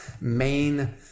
main